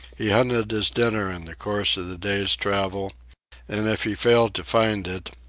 he hunted his dinner in the course of the day's travel and if he failed to find it,